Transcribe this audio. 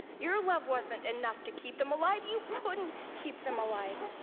your love wasn't enough to keep them alive. you couldn't keep them alive.